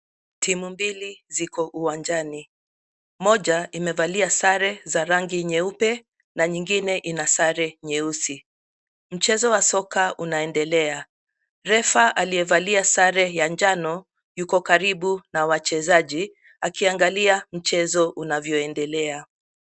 Timu mbili ziko uwanjani. Moja imevalia sare za rangi nyeupe na nyingine ina sare nyeusi. Mchezo wa soka unaendelea. Refa ailyevalia sare ya njano yuko karibu na wachezaji akiangalia mchezo unavyoendelea.